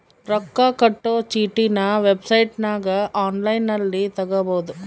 ರೊಕ್ಕ ಕಟ್ಟೊ ಚೀಟಿನ ವೆಬ್ಸೈಟನಗ ಒನ್ಲೈನ್ನಲ್ಲಿ ತಗಬೊದು